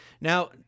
Now